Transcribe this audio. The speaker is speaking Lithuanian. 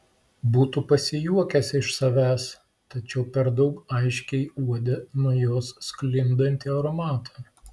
būtų pasijuokęs iš savęs tačiau per daug aiškiai uodė nuo jos sklindantį aromatą